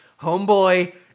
Homeboy